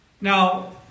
Now